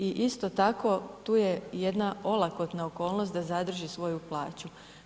I isto tako tu je jedna olakotna okolnost da zadrži svoju plaću.